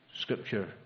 scripture